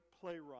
playwright